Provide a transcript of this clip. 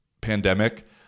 pandemic